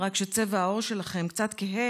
רק שצבע העור שלכם קצת כהה,